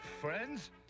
friends